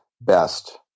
best